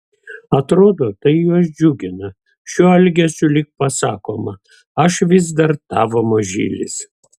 atrodo tai juos džiugina šiuo elgesiu lyg pasakoma aš vis dar tavo mažylis